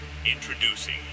Introducing